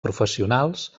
professionals